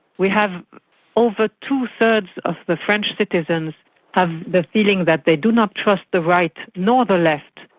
we have over two-thirds of the french citizens have the feeling that they do not trust the right, nor the left,